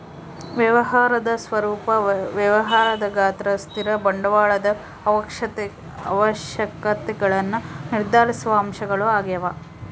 ವ್ಯವಹಾರದ ಸ್ವರೂಪ ವ್ಯಾಪಾರದ ಗಾತ್ರ ಸ್ಥಿರ ಬಂಡವಾಳದ ಅವಶ್ಯಕತೆಗುಳ್ನ ನಿರ್ಧರಿಸುವ ಅಂಶಗಳು ಆಗ್ಯವ